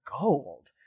gold